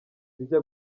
bijya